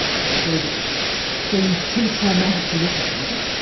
so i suppose it's deemed too traumatic to look at, is it?